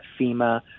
FEMA